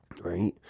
Right